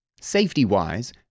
Safety-wise